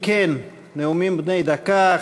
אם כן, נאומים בני דקה.